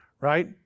Right